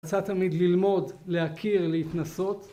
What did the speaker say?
‫רצה תמיד ללמוד, ‫להכיר, להתנסות.